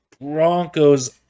Broncos